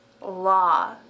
law